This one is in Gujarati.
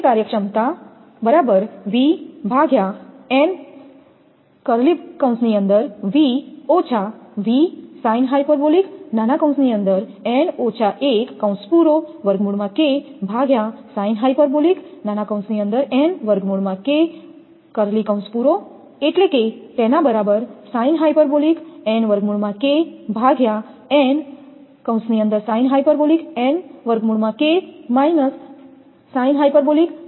અને m બરાબર n 1 છે જો m n 1 ની બરાબર છે તો આ સમાન સમીકરણ m બરાબર છે આ સમીકરણ 15 છે